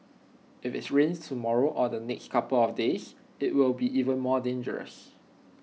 if it's rains tomorrow or the next couple of days IT will be even more dangerous